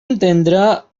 entendre